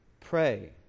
pray